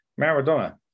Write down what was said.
Maradona